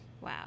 Wow